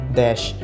dash